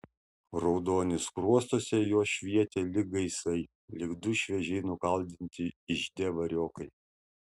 raudonis skruostuose jos švietė lyg gaisai lyg du šviežiai nukaldinti ižde variokai